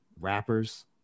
rappers